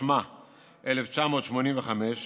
התשמ"ה 1985,